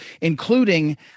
including